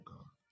God